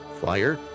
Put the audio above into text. fire